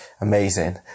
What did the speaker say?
Amazing